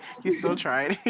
you still tried?